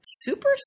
Super